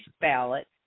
ballot